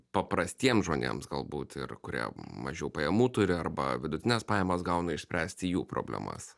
paprastiems žmonėms galbūt ir kurie mažiau pajamų turi arba vidutines pajamas gauna išspręsti jų problemas